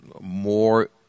more